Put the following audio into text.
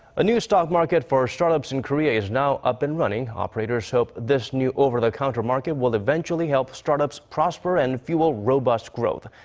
a new stock market for start-ups in korea is now up-and-running. operators hope this new over-the-counter market will eventually help startups prosper and fuel robust growth.